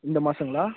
இந்த மாதங்களா